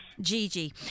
Gigi